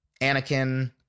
Anakin